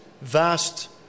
vast